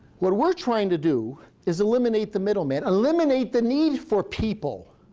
what we're trying to do is eliminate the middleman, eliminate the need for people,